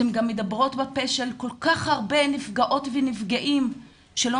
אתן גם מדברות בפה של כל כך הרבה נפגעות ונפגעים שלא